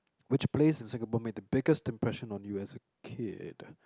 which place in Singapore make the biggest impression on you as a kid